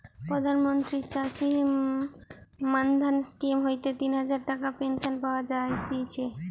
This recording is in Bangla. প্রধান মন্ত্রী চাষী মান্ধান স্কিম হইতে তিন হাজার টাকার পেনশন পাওয়া যায়তিছে